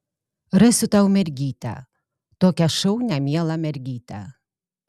rasiu tau mergytę tokią šaunią mielą mergytę